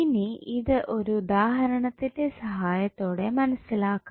ഇനി ഇത് ഒരു ഉദാഹരണത്തിന്റെ സഹായത്തോടെ മനസ്സിലാക്കാം